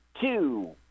two